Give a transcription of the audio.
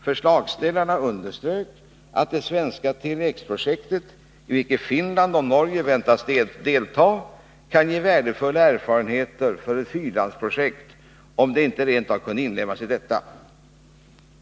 Förslagsställarna underströk att det svenska Tele X-projektet, i vilket Finland och Norge väntas delta, kan ge värdefulla erfarenheter för ett fyrlandsprojekt, om det inte rent av kunde inlemmas i detta.